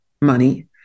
money